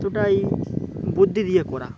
এতটাই বুদ্ধি দিয়ে করা